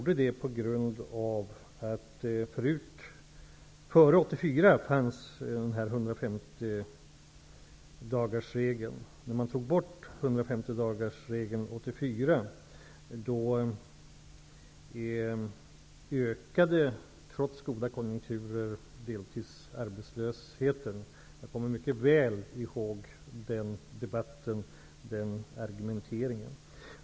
Då ökade deltidsarbetslösheten, trots goda konjunkturer. Jag kommer mycket väl ihåg debatten och argumenteringen då.